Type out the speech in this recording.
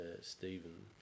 Stephen